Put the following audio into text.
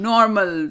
Normal